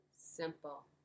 Simple